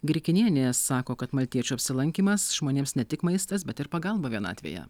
grikinienė sako kad maltiečių apsilankymas žmonėms ne tik maistas bet ir pagalba vienatvėje